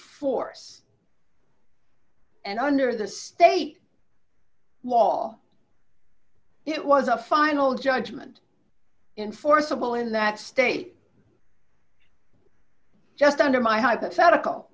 force and under the state law it was a final judgment in forcible in that state just under my hypothetical